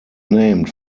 named